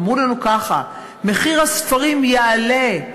אמרו לנו ככה: מחיר הספרים יעלה,